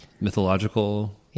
mythological